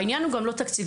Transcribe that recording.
העניין הוא גם לא תקציבי.